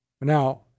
Now